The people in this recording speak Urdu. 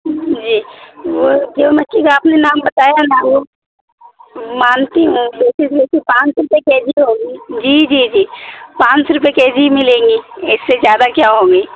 جی وہ جو مچھی کا آپ نے نام بتایا نا وہ مانتی جیسے پانچ روپے کے جی ہوگی جی جی جی پانچ روپیے کے جی ملیں گی اس سے زیادہ کیا ہوگی